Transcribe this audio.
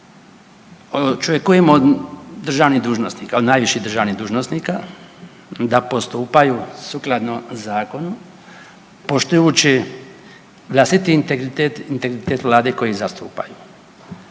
dužnosnika, od najviših državnih dužnosnika da postupaju sukladno zakonu poštujući vlastiti integritet i integritet vlade koja ih zastupa,